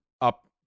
up